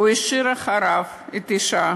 הוא השאיר אחריו אישה,